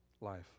life